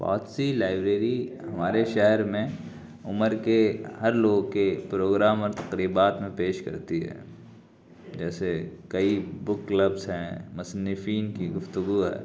بہت سی لائبریری ہمارے شہر میں عمر کے ہر لوگ کے پروگرام اور تقریبات میں پیش کرتی ہے جیسے کئی بک کلبس ہیں مصنفین کی گفتگو ہے